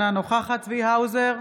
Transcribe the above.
אינה נוכחת צבי האוזר,